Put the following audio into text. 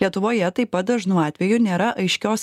lietuvoje taip pat dažnu atveju nėra aiškios